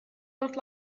not